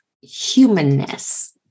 humanness